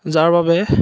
যাৰ বাবে